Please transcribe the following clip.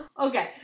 Okay